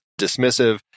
dismissive